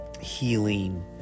healing